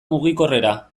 mugikorrera